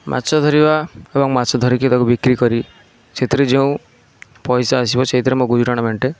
ମାଛ ଧରିବା ଏବଂ ମାଛ ଧରି ତାକୁ ବିକ୍ରି କରି ସେଥିରେ ଯେଉଁ ପଇସା ଆସିବ ସେଥିରେ ମୋ ଗୁଜୁରାଣ ମେଣ୍ଟେ